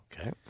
Okay